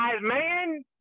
man